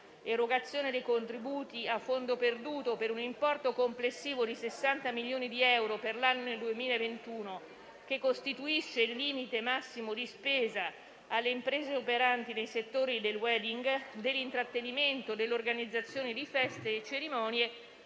l'erogazione dei contributi a fondo perduto per un importo complessivo di 60 milioni di euro per l'anno 2021, che costituisce il massimo di spesa alle imprese operanti nei settori del *wedding*, dell'intrattenimento, dell'organizzazione di feste e cerimonie